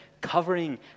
covering